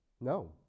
No